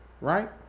right